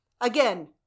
Again